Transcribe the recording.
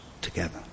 together